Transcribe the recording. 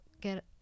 get